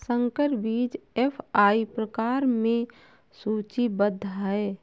संकर बीज एफ.आई प्रकार में सूचीबद्ध है